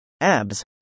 Abs